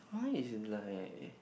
mine is like